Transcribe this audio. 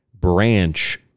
branch